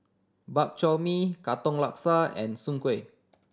Bak Chor Mee Katong Laksa and Soon Kueh